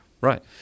Right